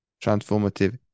transformative